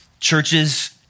Churches